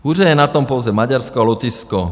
Hůře je na tom pouze Maďarsko a Lotyšsko.